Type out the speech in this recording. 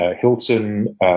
Hilton